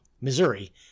Missouri